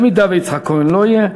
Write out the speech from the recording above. אם יצחק כהן לא יהיה,